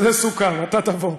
זה סוכם, אתה תבוא.